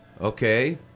Okay